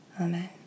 Amen